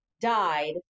died